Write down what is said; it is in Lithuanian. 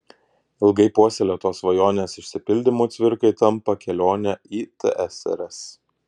ilgai puoselėtos svajonės išsipildymu cvirkai tampa kelionė į tsrs